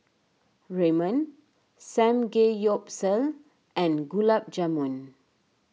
Ramen Samgeyopsal and Gulab Jamun